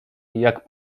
jak